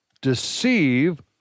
deceive